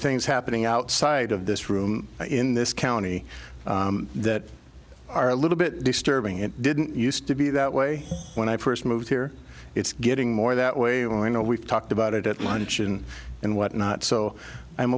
things happening outside of this room in this county that are a little bit disturbing it didn't used to be that way when i first moved here it's getting more that way and we know we've talked about it at luncheon and whatnot so i'm